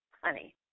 honey